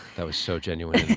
that was so genuine and